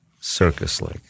circus-like